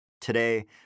Today